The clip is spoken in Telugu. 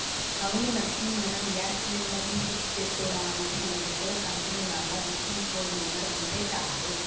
అవును లక్ష్మి మనం గ్యాస్ సిలిండర్ ని బుక్ చేసుకోవడానికి మన దగ్గర కంపెనీ వాళ్ళ బుకింగ్ ఫోన్ నెంబర్ ఉంటే చాలు